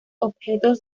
objetos